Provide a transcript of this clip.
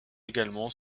également